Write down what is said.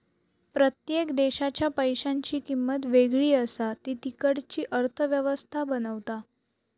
प्रत्येक देशाच्या पैशांची किंमत वेगळी असा ती तिकडची अर्थ व्यवस्था बनवता